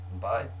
bye